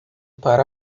para